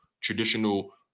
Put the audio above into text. traditional